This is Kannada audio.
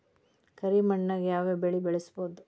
ಕರಿ ಮಣ್ಣಾಗ್ ಯಾವ್ ಬೆಳಿ ಬೆಳ್ಸಬೋದು?